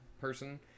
person